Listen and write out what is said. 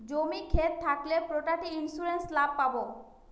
জমি ক্ষেত থাকলে প্রপার্টি ইন্সুরেন্স লাভ পাবো